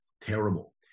Terrible